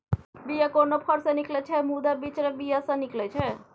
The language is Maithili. बीया कोनो फर सँ निकलै छै मुदा बिचरा बीया सँ निकलै छै